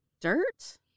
dirt